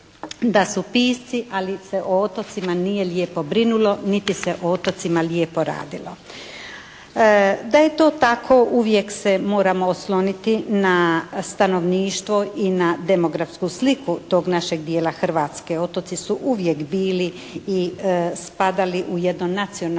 da su pisci, ali se o otocima nije lijepo brinulo niti se o otocima lijepo radilo. Da je to tako uvijek se moramo osloniti na stanovništvo i na demografsku sliku tog našeg dijela Hrvatske. Otoci su uvijek bili i spadali u jedno nacionalno